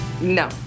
No